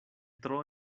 tro